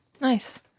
Nice